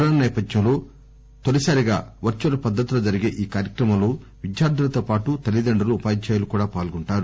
corona సేపథ్యంలో తొలిసారిగా virtual పద్దతిలో జరిగే ఈ కార్యక్రమంలో విద్యార్గులతో పాటు తల్లిదండ్రులు ఉపాధ్యాయులు పాల్గొంటారు